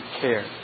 care